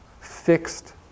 fixed